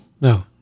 No